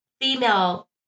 female